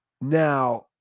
Now